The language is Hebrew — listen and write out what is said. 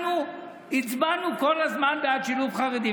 אנחנו הצבענו כל הזמן בעד שילוב חרדים.